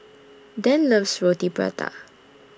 Dann loves Roti Prata